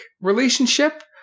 relationship